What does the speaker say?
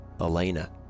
Elena